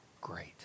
great